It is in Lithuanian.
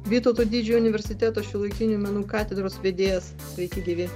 vytauto didžiojo universiteto šiuolaikinių menų katedros vedėjas sveiki gyvi